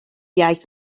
iaith